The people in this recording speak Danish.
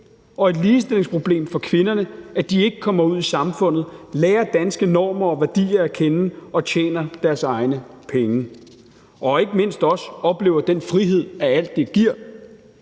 og et ligestillingsproblem for kvinderne, at de ikke kommer ud i samfundet, lærer danske normer og værdier at kende og tjener deres egne penge – og ikke mindst også oplever den frihed, det giver.